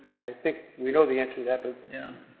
think we know the answer to that, but